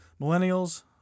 millennials